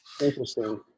Interesting